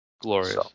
Glorious